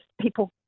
people